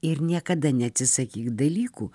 ir niekada neatsisakyk dalykų